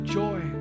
joy